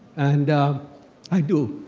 and i do.